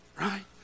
right